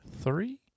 three